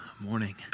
Morning